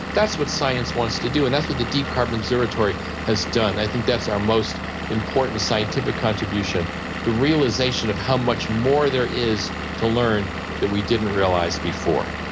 that's what science wants to do and that's what the deep carbon observatory has done. i think that's our most important scientific contribution the realisation of how much more there is to learn that we didn't realise before.